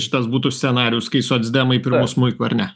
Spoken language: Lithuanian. šitas būtų scenarijus kai socdemai pirmu smuiku ar ne